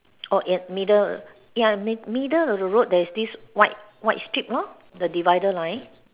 oh yeah middle ya mi~ middle of the road there's this white white strip lor the divider line